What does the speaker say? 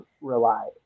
rely